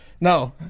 no